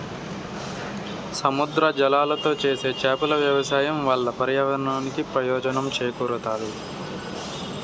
సముద్ర జలాలతో చేసే చేపల వ్యవసాయం వల్ల పర్యావరణానికి ప్రయోజనం చేకూరుతాది